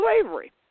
slavery